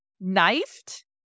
knifed